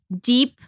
deep